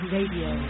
Radio